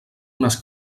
unes